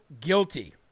guilty